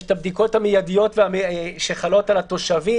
יש הבדיקות המיידיות שחלות על התושבים